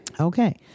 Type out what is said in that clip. Okay